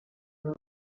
uma